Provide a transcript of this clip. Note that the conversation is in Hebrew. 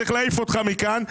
צריך להעיף אותך מכאן.